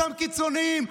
אותם קיצוניים,